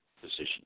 position